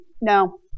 No